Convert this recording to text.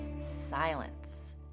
Silence